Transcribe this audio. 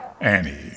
Annie